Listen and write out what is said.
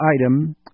item